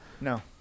No